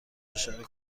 اشاره